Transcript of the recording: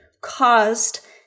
caused